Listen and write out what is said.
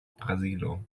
brazilo